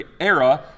era